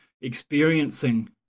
experiencing